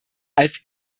als